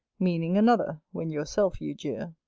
meaning another, when yourself you jeer.